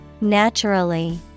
Naturally